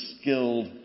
skilled